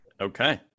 Okay